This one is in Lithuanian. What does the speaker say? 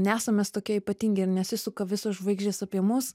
nesam mes tokie ypatingi ir nesisuka visos žvaigždės apie mus